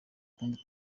kundi